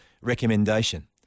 recommendation